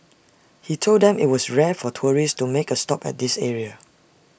he told them IT was rare for tourists to make A stop at this area